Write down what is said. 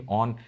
on